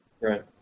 Right